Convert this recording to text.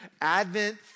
Advent